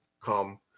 come